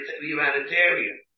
humanitarian